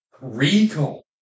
recall